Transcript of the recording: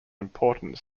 important